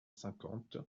cinquante